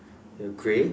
ya grey